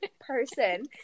person